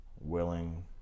willing